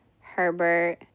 Herbert